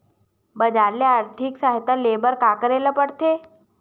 बजार ले आर्थिक सहायता ले बर का का करे ल पड़थे?